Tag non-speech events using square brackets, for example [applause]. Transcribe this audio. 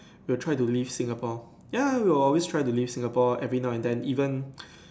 you are try to leave Singapore ya we are always try to leave Singapore every now and then even [noise]